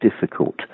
difficult